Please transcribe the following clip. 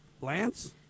Lance